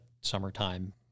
summertime